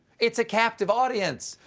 it's a captive audience!